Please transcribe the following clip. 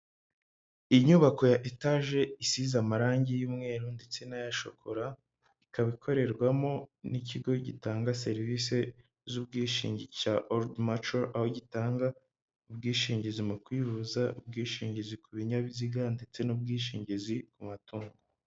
Inyubako ya etaje isize amarange y'umweru ndetse n'aya shokora, ikaba ikorerwamo n'ikigo gitanga serivise z'ubwishingizi cya oludi maco, aho gitanga ubwishingizi mu kwivuza, ubwishingizi ku binyabiziga ndetse n'ubwishingizi ku matungo.